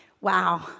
Wow